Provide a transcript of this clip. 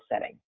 setting